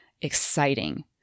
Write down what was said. exciting